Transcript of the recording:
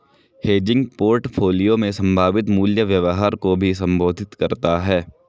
hedging portfolio में संभावित मूल्य व्यवहार को भी संबोधित करता हैं